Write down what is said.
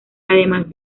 además